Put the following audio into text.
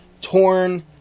torn